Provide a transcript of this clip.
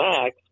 Max